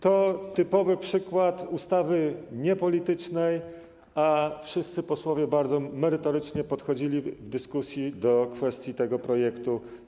To typowy przykład ustawy niepolitycznej, a wszyscy posłowie bardzo merytorycznie podchodzili w dyskusji do kwestii zawartych w tym projekcie.